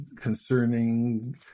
concerning